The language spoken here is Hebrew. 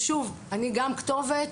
ושוב אני גם כתובת.